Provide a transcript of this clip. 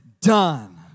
done